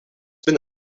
been